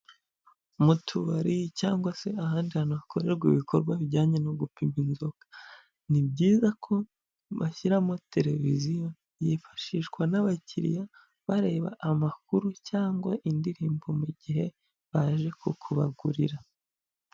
Mu tubari cyangwa se ahandi hantu hakorerwa ibikorwa bijyanye no gupima inzoga, ni byiza ko bashyiramo televiziyo yifashishwa n'abakiriya, bareba amakuru cyangwa indirimbo mu gihe baje kubagurira.